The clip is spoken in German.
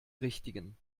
richtigen